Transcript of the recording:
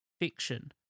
fiction